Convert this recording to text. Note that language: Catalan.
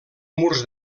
murs